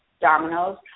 dominoes